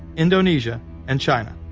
indonesia and china.